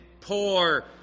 poor